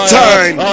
time